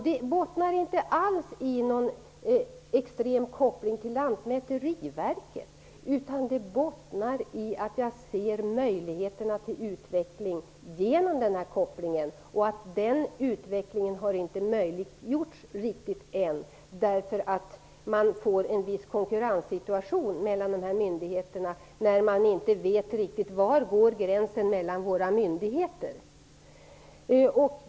Det bottnar inte alls i någon extrem koppling till Lantmäteriverket, utan det bottnar i att jag ser möjligheterna till utveckling genom denna koppling. Utvecklingen har inte möjliggjorts riktigt ännu, därför att en konkurrenssituation uppstått mellan myndigheterna, eftersom man inte vet var gränsen går mellan dem.